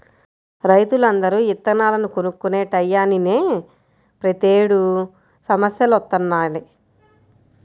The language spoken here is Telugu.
రైతులందరూ ఇత్తనాలను కొనుక్కునే టైయ్యానినే ప్రతేడు సమస్యలొత్తన్నయ్